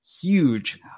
huge